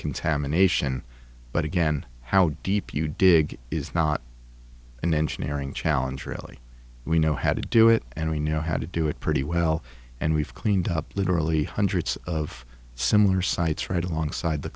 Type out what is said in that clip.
contamination but again how deep you dig is not an engineering challenge really we know how to do it and we know how to do it pretty well and we've cleaned up literally hundreds of similar sites right alongside the